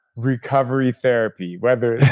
recovery therapy. whether